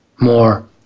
more